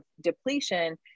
depletion